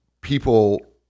people